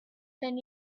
ten